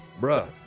Bruh